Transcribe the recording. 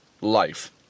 life